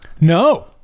No